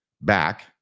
back